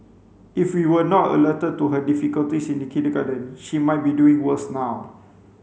if we were not alerted to her difficulties in kindergarten she might be doing worse now